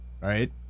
Right